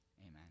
amen